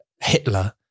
Hitler